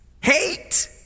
hate